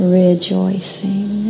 rejoicing